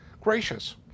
gracious